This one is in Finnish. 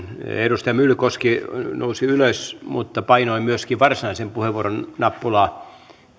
edustaja myllykoski nousi ylös mutta painoi myöskin varsinaisen puheenvuoron nappulaa